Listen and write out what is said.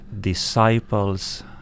disciples